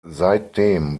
seitdem